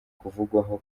kuvugwaho